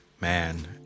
Man